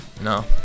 No